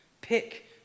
Pick